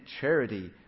charity